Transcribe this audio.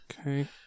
Okay